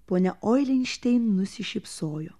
ponia oilenštein nusišypsojo